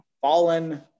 fallen